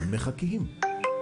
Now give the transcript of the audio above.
אתם לא המקרה היוצא דופן.